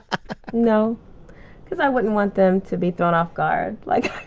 no because i wouldn't want them to be thrown off guard like